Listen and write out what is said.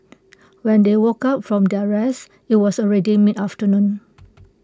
when they woke up from their rest IT was already mid afternoon